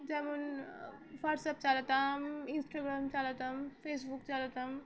যেমন হোয়াটসঅ্যাপ চালাতাম ইন্স্টাগ্রাম চালাতাম ফেসবুক চালাতাম